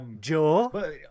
Joe